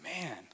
Man